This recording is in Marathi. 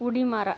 उडी मारा